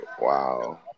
Wow